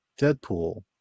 Deadpool